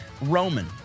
Roman